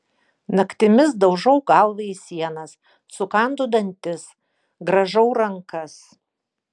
naktimis daužau galvą į sienas sukandu dantis grąžau rankas